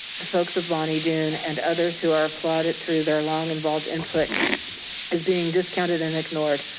the folks of bonnie doon and others who are applauded through their long involved input as being discounted and ignored.